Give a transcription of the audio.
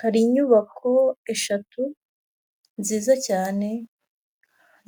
Hari inyubako eshatu nziza cyane,